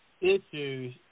issues